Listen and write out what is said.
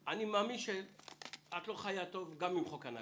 מאמין שאת לא חיה טוב גם עם חוק הנכבה,